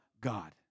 God